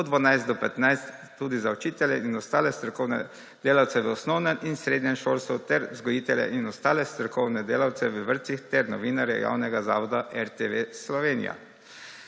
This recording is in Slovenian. od 12 do 15 tudi za učitelje in ostale strokovne delavce v osnovnem in srednjem šolstvu ter vzgojitelje in ostale strokovne delavce v vrtcih ter novinarje javnega zavoda RTV Slovenija.